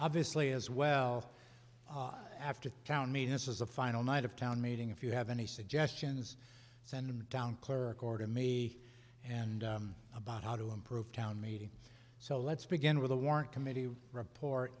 obviously as well after the town meeting this is the final night of town meeting if you have any suggestions send down clerk or to me and about how to improve town meeting so let's begin with a warrant committee report